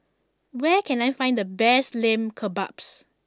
where can I find the best Lamb Kebabs